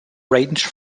range